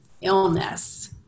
illness